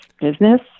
business